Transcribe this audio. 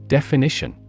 Definition